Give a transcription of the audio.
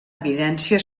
evidència